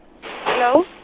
hello